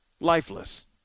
lifeless